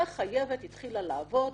אותה חייבת התחילה לעבוד,